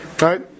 right